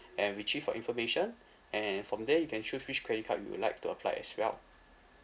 and retrieve your information and from there you can choose which credit card you would like to applied as well